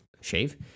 Shave